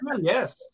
Yes